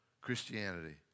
Christianity